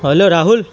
hello Rahul